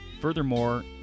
Furthermore